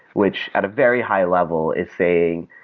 which at a very high level, is saying,